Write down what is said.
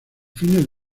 fines